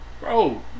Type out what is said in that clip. Bro